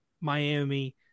Miami